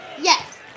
Yes